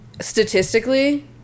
Statistically